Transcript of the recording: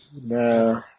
No